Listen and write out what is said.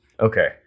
Okay